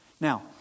Now